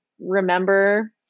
remember